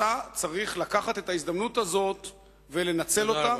אתה צריך לקחת את ההזדמנות הזאת ולנצל אותה,